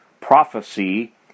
prophecy